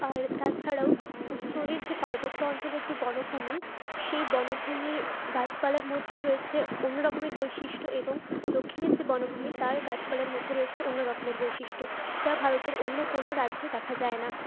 আর তাছাড়াও উত্তরের যে পার্বত্য অঞ্চলের যে বনভূমি সেই বনভূমির গাছপালার মধ্যেও রয়েছে অন্য রকমের বৈশিষ্ট্য এবং দক্ষিণের যে বনভূমি তার গাছপালার মধ্যে রয়েছে অন্য রকমের বৈশিষ্ট্য যা ভারতের অন্য কোনো রাজ্যে দেখা যায় না